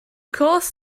course